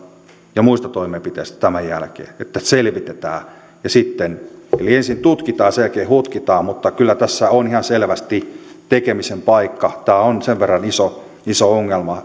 ja muista toimenpiteistä tämän jälkeen että selvitetään eli ensin tutkitaan ja sen jälkeen hutkitaan mutta kyllä tässä on ihan selvästi tekemisen paikka tämä on sen verran iso iso ongelma